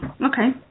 Okay